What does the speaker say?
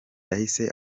yahise